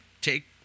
take